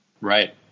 right